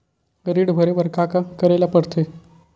ऋण भरे बर का का करे ला परथे?